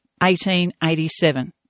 1887